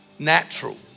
natural